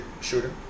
shooter